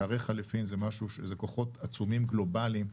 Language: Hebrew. שערי החליפין זה כוחות עצומים גלובליים.